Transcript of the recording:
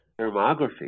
Thermography